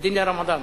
הרמדאן.